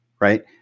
Right